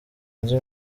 nzi